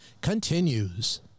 continues